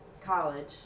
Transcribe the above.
college